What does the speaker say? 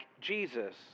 Jesus